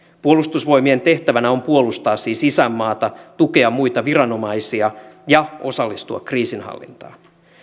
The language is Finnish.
puolustusvoimien tehtävänä on puolustaa siis isänmaata tukea muita viranomaisia ja osallistua kriisinhallintaan